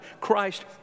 Christ